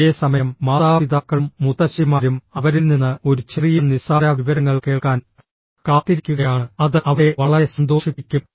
അതേസമയം മാതാപിതാക്കളും മുത്തശ്ശിമാരും അവരിൽ നിന്ന് ഒരു ചെറിയ നിസ്സാര വിവരങ്ങൾ കേൾക്കാൻ കാത്തിരിക്കുകയാണ് അത് അവരെ വളരെ സന്തോഷിപ്പിക്കും